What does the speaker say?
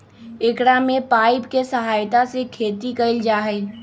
एकरा में पाइप के सहायता से खेती कइल जाहई